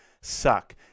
suck